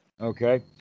Okay